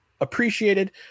appreciated